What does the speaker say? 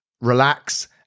relax